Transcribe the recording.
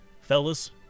Fellas